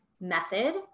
method